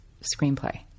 screenplay